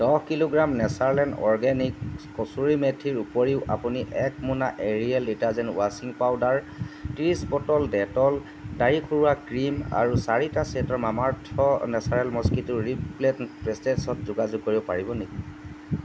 দহ kilogram nature land organics কছুৰী মেথিৰ উপৰিও আপুনি এক মোনা এৰিয়েল ডিটাৰজেন্ট ৱাশ্বিং পাউদাৰ ত্ৰিছ বটল ডেটল দাঢ়ি খুৰোৱা ক্ৰীম আৰু চাৰি set Mamaearth natural mosquito repellent patches যোগাযোগ কৰিব পাৰিব নেকি